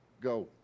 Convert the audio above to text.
Go